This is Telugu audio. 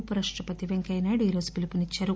ఉపరాష్టపతి పెంకయ్యనాయుడు ఈరోజు పిలుపునిచ్చారు